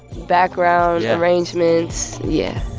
background arrangements, yeah